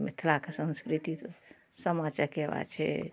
मिथिलाके संस्कृति सामा चकेबा छै